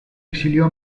exilió